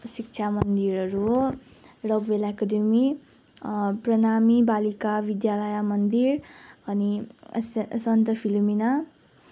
शिक्षा मन्दिरहरू हो रकभेल एकाडमी प्रणामी बालिका विद्यालय मन्दिर अनि सन्त फिलोमिना